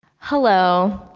hello.